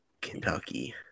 Kentucky